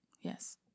Yes